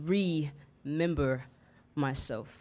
read member myself